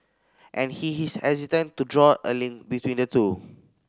and he is hesitant to draw a link between the two